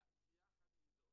צריך להיות,